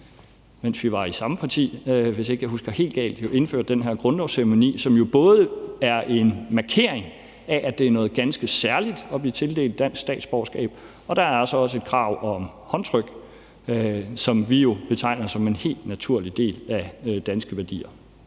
mens vi var i samme parti, hvis jeg ikke husker helt galt – jo indført den her grundlovsceremoni, som både er en klar markering af, at det er noget ganske særligt at blive tildelt dansk statsborgerskab, og der er altså også et krav om håndtryk, som vi jo betegner som en helt naturlig del af de danske værdier.